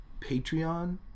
Patreon